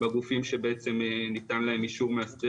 אותם גופים שבעצם ניתן להם אישור מאסדר